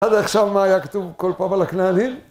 ‫עד עכשיו מה היה כתוב כל פעם על הכנענים?